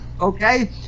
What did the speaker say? okay